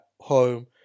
home